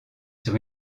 sur